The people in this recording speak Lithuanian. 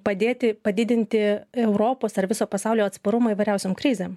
padėti padidinti europos ar viso pasaulio atsparumą įvairiausiom krizėm